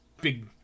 big